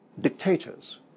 dictators